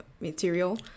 material